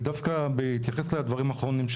ודווקא בהתייחס לדברים האחרונים.